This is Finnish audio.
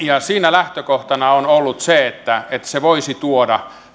siinä lähtökohtana on ollut se että se voisi tuoda